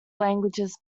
languages